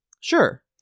sure